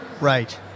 Right